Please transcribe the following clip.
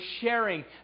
sharing